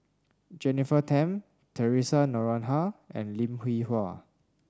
Jennifer Tham Theresa Noronha and Lim Hwee Hua